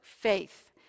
faith